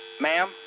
ma'am